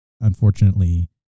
unfortunately